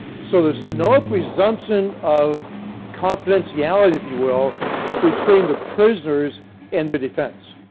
so there is no presumption of confidentiality if you will between the prisoners and their defense.